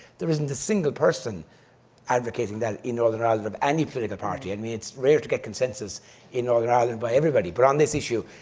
there isn't a single person advocating that in northern ireland, of any political party. i and mean, it's rare to get consensus in northern ireland by everybody, but on this issue,